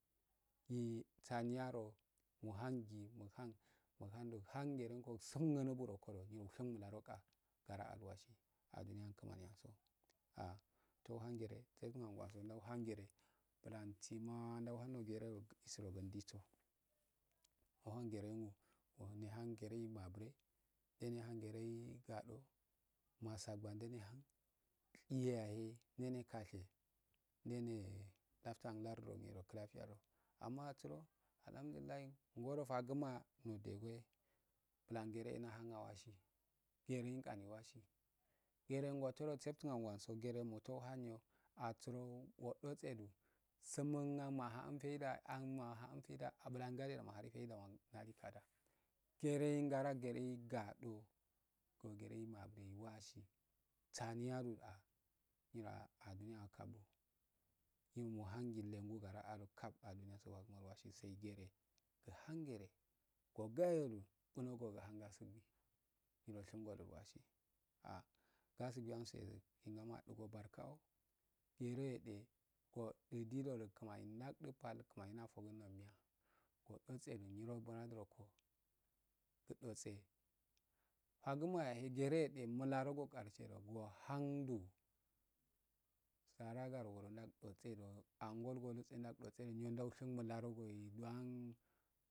Yi sani yaro muhandi muhando muhange lengo gusunguno ngokoh uwashin mularoka baraawasi aduni yani kimanianso ahi tou hargere tsetungundawo ndau hargere butansima ndauhandogee go disirongiiso ohangerengu nehangereyi mabre ndena har kiiye yahendene pdafiyada amma asuro ahamdudilahi ingodo faguma nodegeye bulan gereda nda hun awasi gerengul wasi herengu asuro go satunanguso nda hanyo asuro wudoosedu sumuna mahain feida anmahin feida en bulangakte da maharu feida nalikada geren gara gerei gaado gerei mabe yiwagsi saniyarowa nyira adiniyakalu yo muhangilte ma gura ado kah aduni yasol wasi fagumalwah sai gere guhan gere guyahedu dungo hangasi nyiro imushimgo dilwasi ah gasigiyansue kim aniya dugo barkao gere dee adlodu kimani nakdi pal kimani na fokun nogun miya goo no duksedu nyirobula ngudinokoh gudotsa fuguma geede mila nogo karshudo wu handu sara garogoro ndaudotse angungole daudautse nyiro ndauchingu mularogoyi dwan.